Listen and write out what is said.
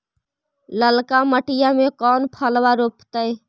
ललका मटीया मे कोन फलबा रोपयतय?